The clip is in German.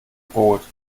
brot